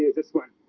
this point